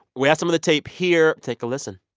we have some of the tape here. take a listen